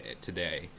today